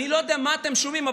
אני לא יודע מה אתם שומעים,